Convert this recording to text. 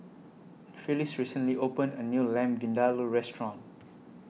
Phylis recently opened A New Lamb Vindaloo Restaurant